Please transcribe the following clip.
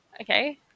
Okay